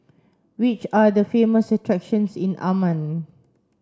which are the famous attractions in Amman